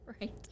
Right